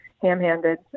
ham-handed